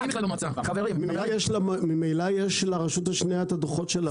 חברים, ממילא יש לרשות השנייה את הדוחות שלנו.